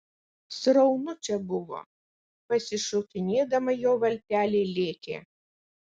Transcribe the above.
sraunu čia buvo pasišokinėdama jo valtelė lėkė